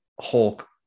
Hulk